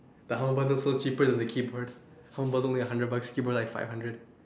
the humble bundle also cheaper than the keyboard humble bundle only a hundred bucks keyboard like five hundred